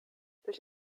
durch